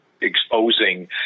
exposing